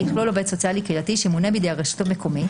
יכלול עובד סוציאלי קהילתי שימונה בידי הרשות המקומית,